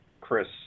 Chris